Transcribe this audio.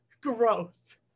gross